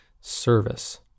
service